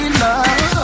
love